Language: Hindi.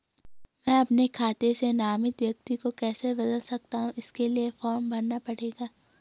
मैं अपने खाते से नामित व्यक्ति को कैसे बदल सकता हूँ इसके लिए फॉर्म भरना पड़ेगा?